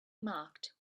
marked